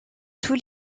tous